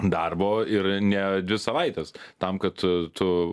darbo ir ne dvi savaites tam kad tu